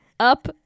Up